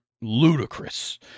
ludicrous